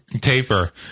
Taper